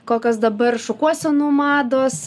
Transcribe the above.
kokios dabar šukuosenų mados